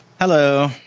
Hello